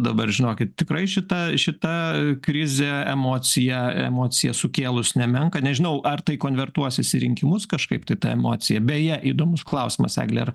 dabar žinokit tikrai šita šita krizė emociją emociją sukėlus nemenką nežinau ar tai konvertuosis į rinkimus kažkaip tai ta emocija beje įdomus klausimas egle ar